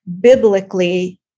biblically